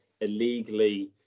illegally